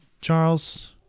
charles